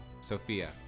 Sophia